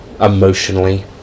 emotionally